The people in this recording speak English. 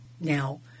now